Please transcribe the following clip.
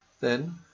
Then